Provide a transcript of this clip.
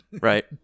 Right